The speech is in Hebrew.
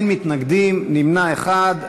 אין מתנגדים, נמנע אחד.